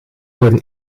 worden